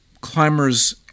climbers